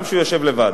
גם כשהוא יושב לבד.